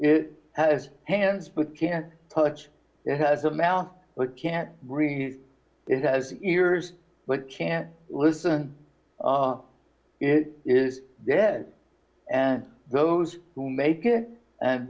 it has hands but can't touch it has a mouth but can't read it has ears but can't listen it is dead and those who make it and